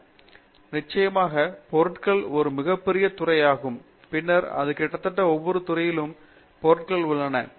பேராசிரியர் பிரதாப் ஹரிதாஸ் சரி நிச்சயமாக பொருட்கள் ஒரு மிகப்பெரிய துறையாகும் பின்னர் அது கிட்டத்தட்ட ஒவ்வொரு துறையிலும்பொறியியல் பொருட்கள் உள்ளன